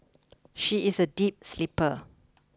she is a deep sleeper